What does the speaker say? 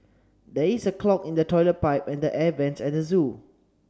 there is a clog in the toilet pipe and the air vents at the zoo